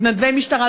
מתנדבי משטרה,